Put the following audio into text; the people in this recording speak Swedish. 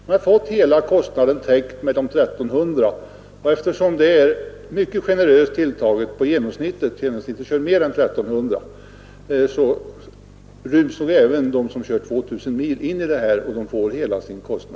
Han har fått hela kostnaden för 2300 mil täckt och eftersom den siffran är mycket generöst tilltagen — genomsnittet kör inte mer än 1 300 mil privat — får nog även de som kör 2 000 mil sina utgifter täckta.